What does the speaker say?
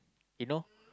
you know